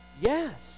Yes